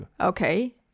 Okay